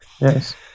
yes